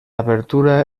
abertura